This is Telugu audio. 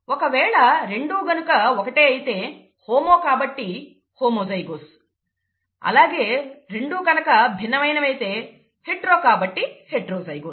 ఒకవేళ రెండు గనుక ఒకటే అయితే హోమో కాబట్టి హోమోజైగోస్ అలాగే రెండు కనుక భిన్నమైనవి అయితే హెట్రో కాబట్టి హెట్రోజైగోస్